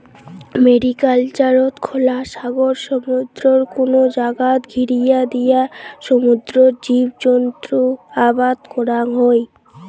ম্যারিকালচারত খোলা সাগর, সমুদ্রর কুনো জাগাত ঘিরিয়া দিয়া সমুদ্রর জীবজন্তু আবাদ করাং হই